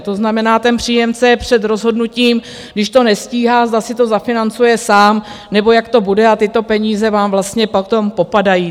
To znamená, ten příjemce je před rozhodnutím, když to nestíhá, zda si to zafinancuje sám, nebo jak to bude a tyto peníze vám vlastně potom popadají.